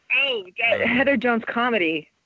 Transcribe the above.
HeatherJonesComedy